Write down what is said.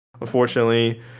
unfortunately